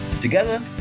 Together